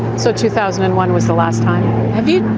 so two thousand and one was the last time you.